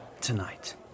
tonight